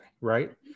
right